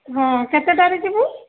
ହଁ କେତେଟାରେ ଯିବୁ